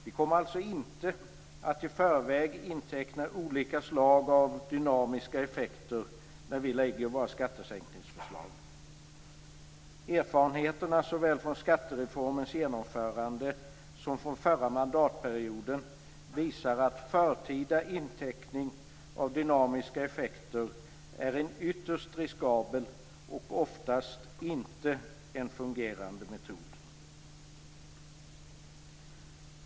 Vi kommer alltså inte att i förväg inteckna olika slag av dynamiska effekter när vi lägger fram våra skattesänkningsförslag. Erfarenheterna såväl från skattereformens genomförande som från förra mandatperioden visar att förtida inteckning av dynamiska effekter är en ytterst riskabel och oftast inte fungerande metod.